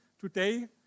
today